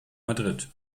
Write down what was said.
madrid